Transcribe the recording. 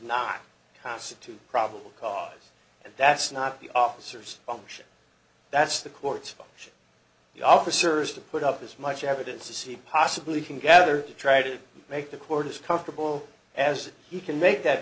not constitute probable cause and that's not the officers function that's the court's function the officers to put up as much evidence to see possibly can gather to try to make the court as comfortable as he can make that